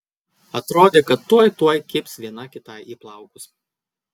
atrodė kad tuoj tuoj kibs viena kitai į plaukus